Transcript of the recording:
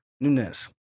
Nunes